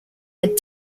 had